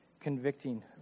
convicting